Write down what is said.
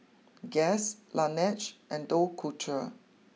Guess Laneige and Dough culture